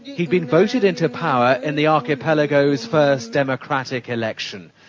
he'd been voted into power in the archipelago's first democratic election,